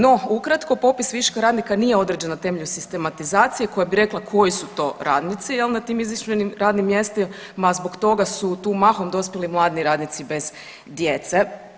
No, ukratko popis viška radnika nije određen na temelju sistematizacije koja bi rekla koji su to radnici jel na tim izmišljenim radnim mjestima zbog toga su tu mahom dospjeli mladi radnici bez djece.